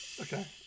okay